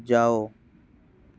जाओ